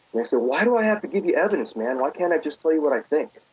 they say, why do i have to give you evidence, man? why can't i just tell you what i think?